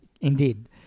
Indeed